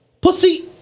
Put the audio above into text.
Pussy